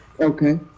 Okay